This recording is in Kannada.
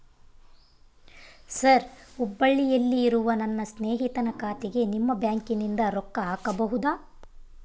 ಸರ್ ಹುಬ್ಬಳ್ಳಿಯಲ್ಲಿ ಇರುವ ನನ್ನ ಸ್ನೇಹಿತನ ಖಾತೆಗೆ ನಿಮ್ಮ ಬ್ಯಾಂಕಿನಿಂದ ರೊಕ್ಕ ಹಾಕಬಹುದಾ?